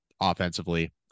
Offensively